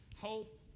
hope